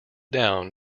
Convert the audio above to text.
down